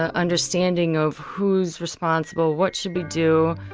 ah understanding of, who's responsible? what should we do?